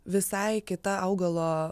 visai kita augalo